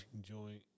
joint